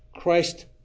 Christ